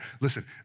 Listen